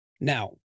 now